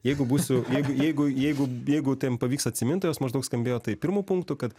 jeigu būsiu jeigu jeigu jeigu jam pavyks atsimint jos maždaug skambėjo tai pirmu punktu kad